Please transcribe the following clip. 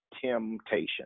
temptation